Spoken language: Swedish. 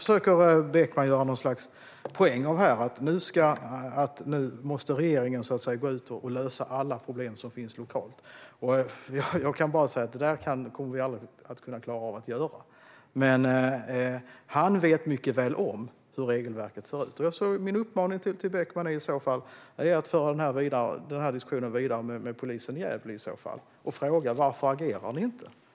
Lars Beckman försöker göra något slags poäng av att regeringen nu måste gå ut och lösa alla problem som finns lokalt, och jag kan bara säga att vi aldrig kommer att klara av att göra det. Men han vet mycket väl hur regelverket ser ut. Min uppmaning till Beckman är att föra den här diskussionen vidare med polisen i Gävle, i så fall, och fråga varför de inte agerar.